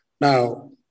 Now